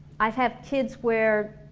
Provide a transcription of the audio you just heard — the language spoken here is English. i've had kids where